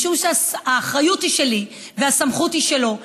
משום שהאחריות היא שלי והסמכות היא שלו,